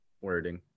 wording